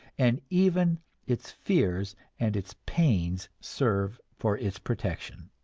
and even its fears and its pains serve for its protection.